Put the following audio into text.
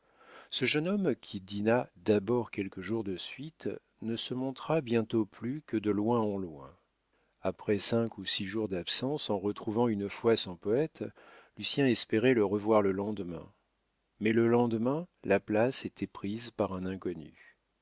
ce jeune homme qui dîna d'abord quelques jours de suite ne se montra bientôt plus que de loin en loin après cinq ou six jours d'absence en retrouvant une fois son poète lucien espérait le revoir le lendemain mais le lendemain la place était prise par un inconnu